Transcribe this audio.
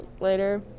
later